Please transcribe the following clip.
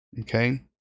okay